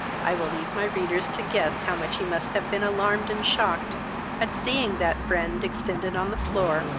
i will leave my readers to guess how much he must have been alarmed and shocked at seeing that friend extended on the floor,